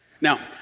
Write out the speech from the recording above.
Now